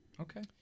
okay